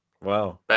Wow